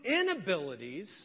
inabilities